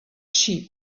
sheep